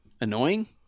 annoying